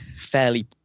fairly